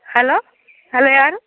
hello hello ಯಾರು